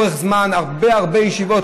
לאורך זמן, הרבה הרבה ישיבות.